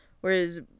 Whereas